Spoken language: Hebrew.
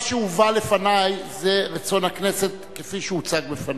מה שהובא לפני זה רצון הכנסת כפי שהוצג בפני.